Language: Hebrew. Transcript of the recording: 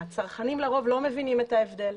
הצרכנים לרוב לא מבינים את ההבדל.